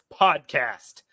podcast